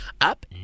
up